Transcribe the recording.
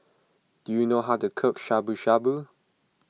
do you know how to cook Shabu Shabu